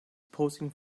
posing